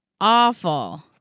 awful